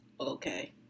Okay